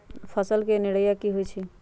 फसल के निराया की होइ छई?